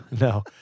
no